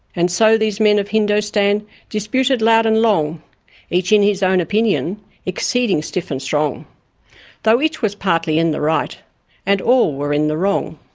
and so these men of hindostan disputed loud and long each in his own opinion exceeding stiff and strong though each was partly in the right and all were in the wrong.